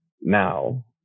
now